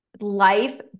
life